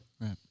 right